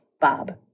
Bob